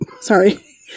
sorry